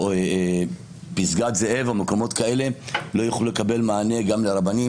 או פסגת זאב, לא יוכלו לקבל מענה לרבנים.